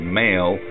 male